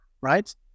right